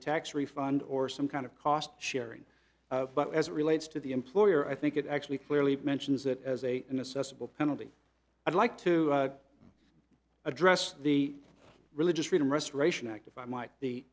tax refund or some kind of cost sharing but as it relates to the employer i think it actually clearly mentions that as a an assessable penalty i'd like to address the religious freedom restoration act if i might the